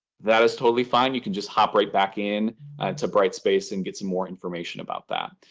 that is totally fine. you can just hop right back in to bright space and get some more information about that.